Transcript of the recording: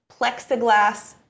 plexiglass